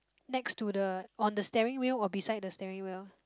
next to the on the steering wheel or beside the steering wheel